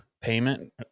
payment